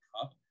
cup